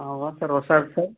ಹಾಂ ಸರ್ ಹೊಸದು ಸರ್